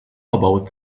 about